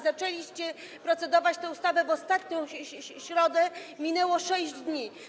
Zaczęliście procedować na nią w ostatnią środę, minęło 6 dni.